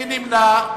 מי נמנע?